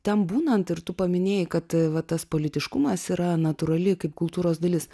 ten būnant ir tu paminėjai kad va tas politiškumas yra natūrali kaip kultūros dalis